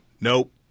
nope